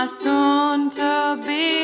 soon-to-be